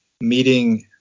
meeting